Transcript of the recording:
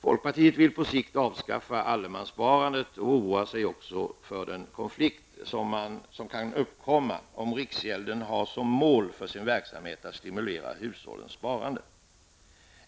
Folkpartiet vill på sikt avskaffa allemanssparandet och oroar sig också för den konflikt som kan uppkomma om riksgälden har som mål för sin verksamhet att stimulera hushållens sparande.